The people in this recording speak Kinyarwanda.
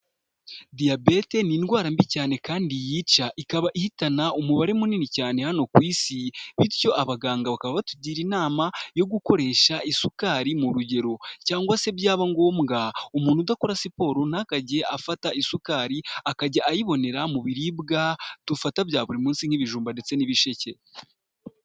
Diyabete ni indwara mbi cyane kandi yica, ikaba ihitana umubare munini cyane hano ku Isi, bityo abaganga bakaba batugira inama yo gukoresha isukari mu rugero cyangwa se byaba ngombwa umuntu udakora siporo ntakagire afata isukari akajya ayibonera mu biribwa dufata bya buri munsi nk'ibijumba ndetse n'ibisheke.